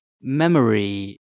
memory